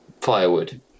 firewood